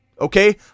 Okay